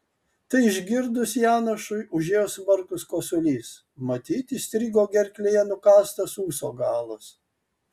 tai išgirdus janošui užėjo smarkus kosulys matyt įstrigo gerklėje nukąstas ūso galas